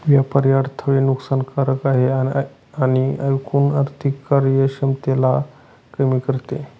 व्यापारी अडथळे नुकसान कारक आहे आणि एकूण आर्थिक कार्यक्षमतेला कमी करते